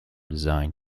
designed